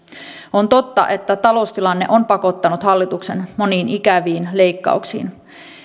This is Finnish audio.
on totta että taloustilanne on pakottanut hallituksen moniin ikäviin leikkauksiin